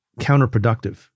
counterproductive